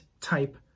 type